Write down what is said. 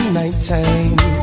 nighttime